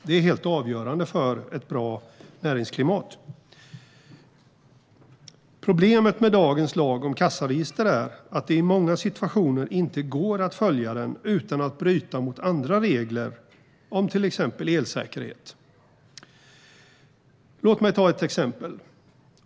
Det är helt avgörande för ett bra näringsklimat. Problemet med dagens lag om kassaregister är att det i många situationer inte går att följa den utan att bryta mot andra regler, till exempel om elsäkerhet. Låt mig ta ett exempel.